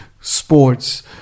sports